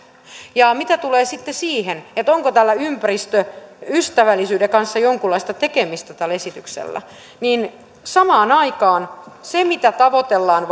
ja mitä tulee sitten siihen onko tällä esityksellä ympäristöystävällisyyden kanssa jonkunlaista tekemistä niin samaan aikaan kun sitä tavoitellaan